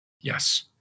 Yes